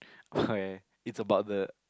oh yeah it's about the